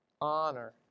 honor